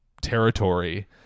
territory